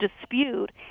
dispute